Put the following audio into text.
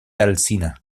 alsina